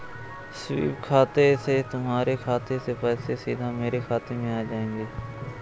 SVEEP खाते से तुम्हारे खाते से पैसे सीधा मेरे खाते में आ जाएंगे